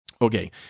okay